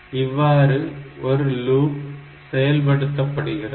இவ்வாறு ஒரு லூப் செயல்படுத்தப்படுகிறது